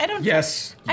Yes